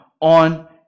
on